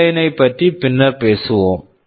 pipeline pipeline -ஜ பற்றி பின்னர் பேசுவோம்